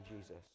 Jesus